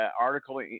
article